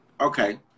okay